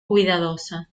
cuidadosa